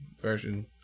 version